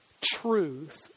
truth